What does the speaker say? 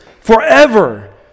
forever